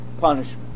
punishment